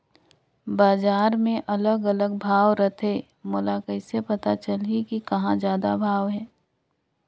बजार मे अलग अलग भाव रथे, मोला कइसे पता चलही कि कहां जादा भाव हे?